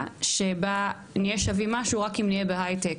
שבה נהיה שווים משהו רק אם נהיה בהייטק,